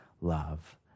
love